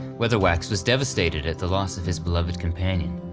weatherwax was devastated at the loss of his beloved companion,